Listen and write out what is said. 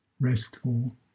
restful